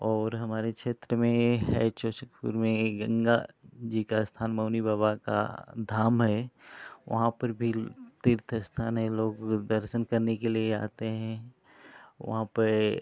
और हमारे क्षेत्र में है चौचकपुर में गंगा जी का स्थान मौनी बाबा का धाम है वहाँ पर भी तीर्थ इस्थान है लोग दर्शन करने के लिए आते हैं वहाँ पर